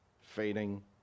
fading